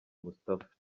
moustapha